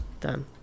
Done